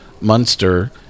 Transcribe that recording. Munster